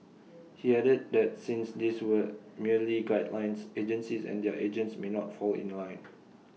he added that since these were merely guidelines agencies and their agents may not fall in line